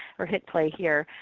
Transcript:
or hit play here.